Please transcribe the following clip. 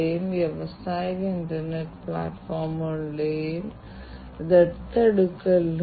യന്ത്രങ്ങളുടെ വിദൂര രോഗനിർണയം ചെലവ് കാര്യക്ഷമത തൊഴിലാളികളുടെ സുരക്ഷ വർദ്ധിപ്പിക്കൽ ഇത് തൊഴിലാളി സുരക്ഷാ എർഗണോമിക് പ്രശ്നങ്ങളാണ്